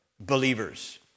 believers